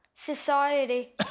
Society